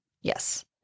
yes